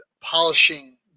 polishing